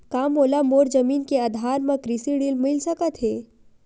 का मोला मोर जमीन के आधार म कृषि ऋण मिल सकत हे?